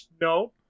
no